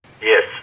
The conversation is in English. Yes